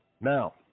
Now